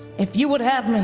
if you would have me,